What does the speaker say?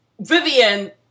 Vivian